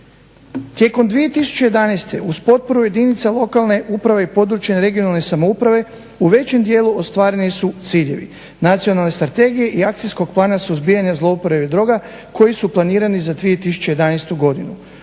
Tijekom 2011. uz potporu jedinica lokalne uprave i područne (regionalne) samouprave u većem dijelu ostvareni su ciljevi Nacionalne strategije i Akcijskog plana suzbijanja zlouporabe droga koji su planirani za 2011. godinu.